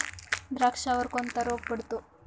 द्राक्षावर कोणता रोग पडतो?